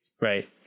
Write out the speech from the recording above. right